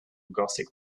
gothic